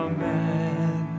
Amen